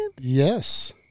Yes